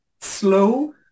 slow